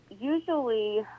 usually